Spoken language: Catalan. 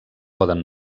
poden